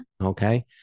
Okay